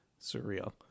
surreal